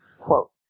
Quote